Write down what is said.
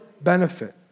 benefit